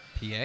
PA